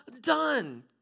done